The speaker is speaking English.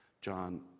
John